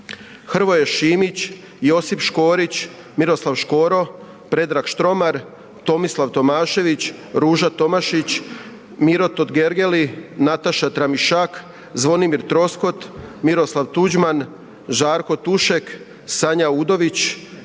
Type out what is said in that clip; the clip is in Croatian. Hrvoje Šimić, Josip Škorić, Miroslav Škoro, Predrag Štromar, Tomislav Tomašević, Ruža Tomašić, Miro Totgergeli, Nataša Tramišak, Zvonimir Troskot, Miroslav Tuđman, Žarko Tušek, Sanja Udović,